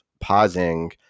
pausing